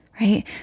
right